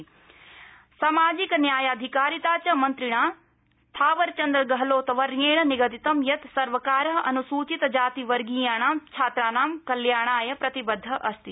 छात्रवृत्ति थावरचन्द्र सामाजिक न्यायाधिकारिता च मन्त्रिणा थावरचन्द गहलोतवर्येण निगदितं यत् सर्वकार अनुसूचित जातिवर्गीयाणां छात्राणां कल्याणाय प्रतिबद्ध अस्ति